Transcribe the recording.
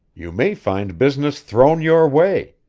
you may find business thrown your way.